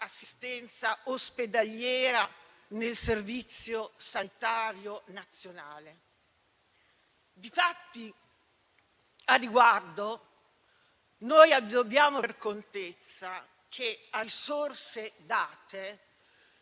dell'assistenza ospedaliera nel Servizio sanitario nazionale. Difatti, al riguardo, dobbiamo avere contezza che, a risorse date,